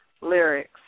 lyrics